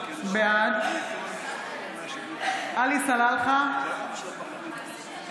בעד עלי סלאלחה,